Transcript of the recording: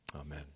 Amen